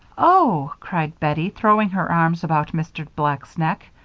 oh! cried bettie, throwing her arms about mr. black's neck.